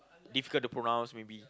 difficult to pronounce maybe